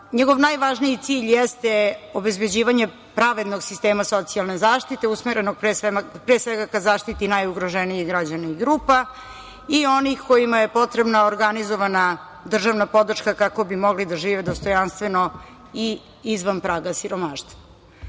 Njegov najvažniji cilj jeste obezbeđivanje pravednog sistema socijalne zaštite, usmerenog pre svega ka zaštiti najugroženijih građana i grupa i onih kojima je potrebna organizovana državna podrška kako bi mogli da žive dostojanstveno i izvan praga siromaštva.U